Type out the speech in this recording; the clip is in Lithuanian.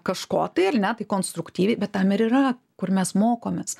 kažko tai ar ne tai konstruktyviai bet tam ir yra kur mes mokomės